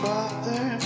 Father